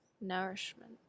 nourishment